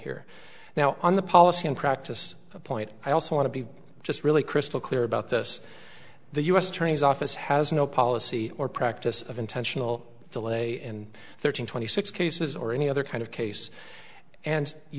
here now on the policy and practice of point i also want to be just really crystal clear about this the u s attorney's office has no policy or practice of intentional delay in thirteen twenty six cases or any other kind of case and you